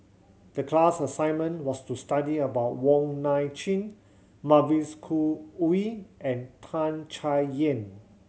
the class assignment was to study about Wong Nai Chin Mavis Khoo Oei and Tan Chay Yan